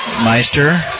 Meister